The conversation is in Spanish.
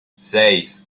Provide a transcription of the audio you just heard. seis